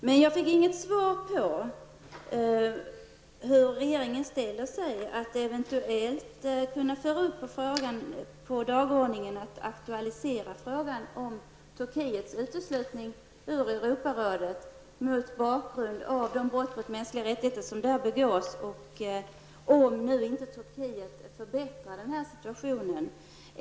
Jag fick emellertid inget svar på hur regeringen ställer sig till att på dagordningen eventuellt ta upp frågan om Turkiets uteslutning ur Europarådet på grund av de brott mot bestämmelserna om de mänskliga rättigheterna som Turkiet gör sig skyldigt till -- om Turkiet nu inte bättrar sig.